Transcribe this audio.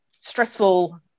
stressful